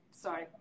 Sorry